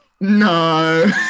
No